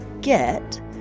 get